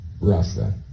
Rasta